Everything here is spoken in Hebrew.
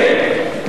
כן.